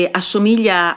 assomiglia